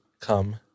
come